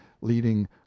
leading